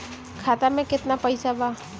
खाता में केतना पइसा बा?